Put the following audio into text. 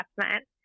investment